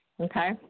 Okay